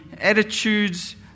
attitudes